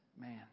man